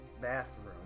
bathroom